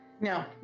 No